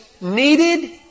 needed